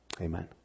amen